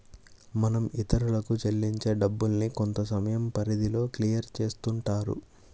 మనం ఇతరులకు చెల్లించే డబ్బుల్ని కొంతసమయం పరిధిలో క్లియర్ చేస్తుంటారు